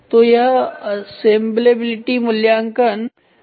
तो यह असेंबलेबिलिटी मूल्यांकन है